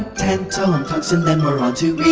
tantalum, tungsten then we're on to